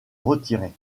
retirer